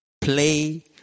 play